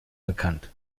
bekannt